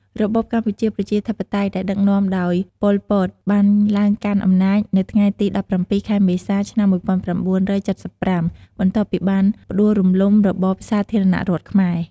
របបកម្ពុជាប្រជាធិបតេយ្យ ដែលដឹកនាំដោយ ប៉ុល ពត បានឡើងកាន់អំណាចនៅថ្ងៃទី១៧ ខែមេសា ឆ្នាំ១៩៧៥ បន្ទាប់ពីបានផ្ដួលរំលំរបបសាធារណរដ្ឋខ្មែរ។